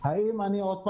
הקיץ.